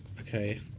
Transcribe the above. Okay